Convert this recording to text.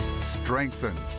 strengthen